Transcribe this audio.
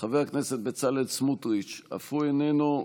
חבר הכנסת בצלאל סמוטריץ' אף הוא איננו.